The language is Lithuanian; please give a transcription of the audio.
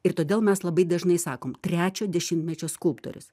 ir todėl mes labai dažnai sakom trečio dešimtmečio skulptorius